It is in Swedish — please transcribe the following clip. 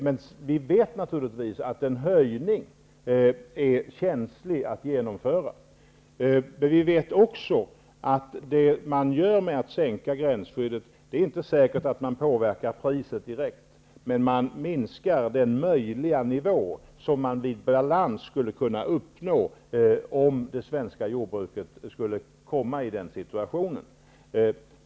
Men vi vet naturligtvis att en höjning är känslig att genomföra. Vi vet också att det inte är säkert att man påverkar priset direkt genom att sänka gränsskyddet, men man minskar den möjliga nivå som man skulle kunna uppnå om det svenska jordbruket skulle hamna i den situationen.